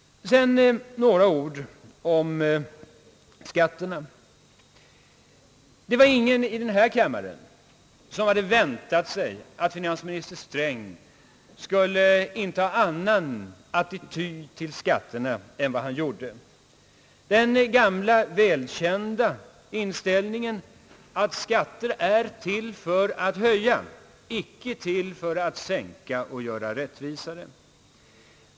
Så några ord om skatterna. Det var ingen i denna kammare, som hade väntat sig att finansminister Sträng skulle inta en annan attityd till skatterna än vad han gjorde — den gamla välkända inställningen att skatter är till för att höja, icke till för att sänka och göra rättvisare.